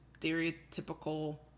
stereotypical